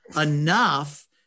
enough